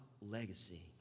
legacy